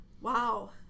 Wow